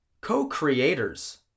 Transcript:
co-creators